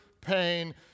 pain